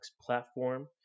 platform